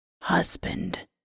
husband